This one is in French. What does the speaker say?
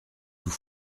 nous